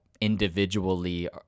individually